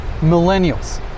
Millennials